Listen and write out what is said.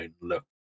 look